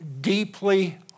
deeply